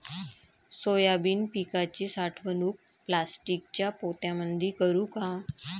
Soybean पिकाची साठवणूक प्लास्टिकच्या पोत्यामंदी करू का?